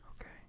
Okay